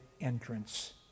entrance